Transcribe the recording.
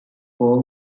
four